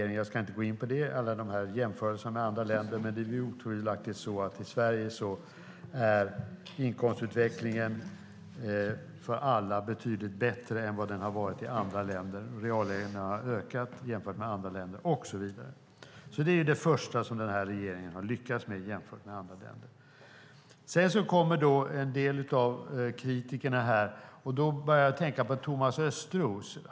Jag ska inte gå in på alla de här jämförelserna med andra länder. Men det är otvivelaktigt så att i Sverige är inkomstutvecklingen för alla betydligt bättre än vad den har varit i andra länder. Reallönerna har ökat jämfört med i andra länder och så vidare. Det är det första som den här regeringen har lyckats med jämfört med andra länder. Sedan kommer då en del av kritikerna här. Då börjar jag tänka på Thomas Östros.